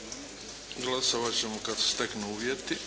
Glasovat ćemo kad se steknu uvjeti.